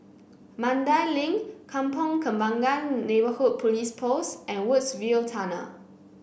Mandai Link Kampong Kembangan Neighbourhood Police Post and Woodsville Tunnel